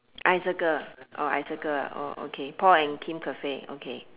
I circle oh I circle ah oh okay paul and kim cafe okay